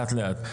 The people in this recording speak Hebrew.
09:58)